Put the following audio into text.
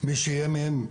מי שיהיה מהם,